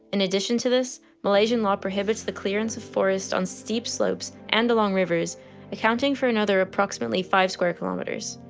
in addition to this malaysian law prohibits the clearance of forests on steep slopes and along rivers accounting for another approximately five square kilometres.